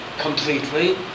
completely